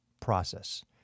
process